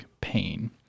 pain